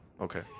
Okay